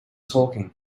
talking